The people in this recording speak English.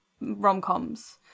rom-coms